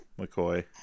McCoy